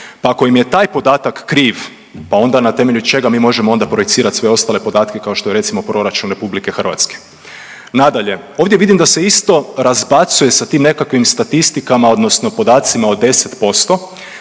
pa ako im je taj podatak kriv, pa onda na temelju čega mi možemo onda projicirat sve ostale podatke kao što je recimo proračun RH. Nadalje, ovdje vidim da se isto razbacuje sa tim nekakvim statistikama odnosno podacima od 10%,